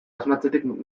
asmatzerik